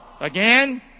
Again